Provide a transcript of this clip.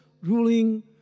ruling